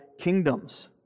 kingdoms